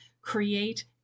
create